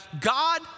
God